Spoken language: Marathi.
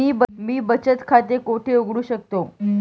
मी बचत खाते कोठे उघडू शकतो?